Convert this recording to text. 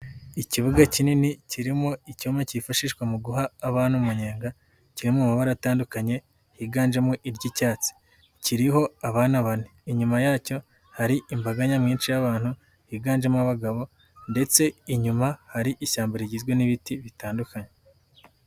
Ikibuga kinini kirimo icyuma kifashishwa mu guha abana umunyenga kiri mu mabara atandukanye higanjemo iry'icyatsi, kiriho abana bane inyuma yacyo hari imbaga nyamwinshi y'abantu higanjemo abagabo, ndetse inyuma hari ishyamba rigizwe n'ibiti bitandukanye.